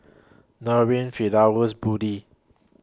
Nurin Firdaus Budi